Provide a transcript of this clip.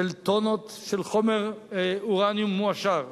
של טונות של, חומר אורניום מועשר,